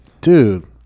Dude